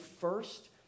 first